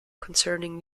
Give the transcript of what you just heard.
concerning